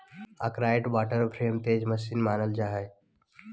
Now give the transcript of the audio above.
Arkwright water frame तेज machine मानल जा हई